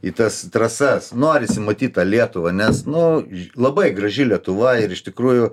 į tas trasas norisi matyt tą lietuvą nes nu labai graži lietuva ir iš tikrųjų